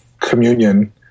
communion